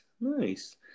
Nice